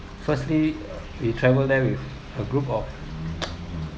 firstly we travel there with a group of